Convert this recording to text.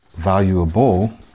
valuable